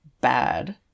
Bad